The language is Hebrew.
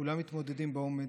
כולם מתמודדים באומץ,